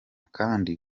kandi